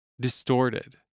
Distorted